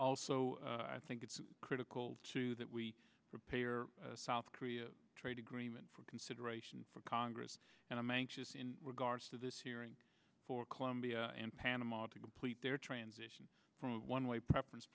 also i think it's critical to that we repair south korea trade agreement for consideration for congress and i'm anxious in regards to this hearing for colombia and panama to complete their transition from a one way preference